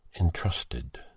entrusted